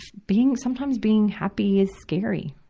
being, sometimes being happy is scary,